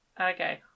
Okay